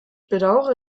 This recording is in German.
bedaure